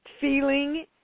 Feeling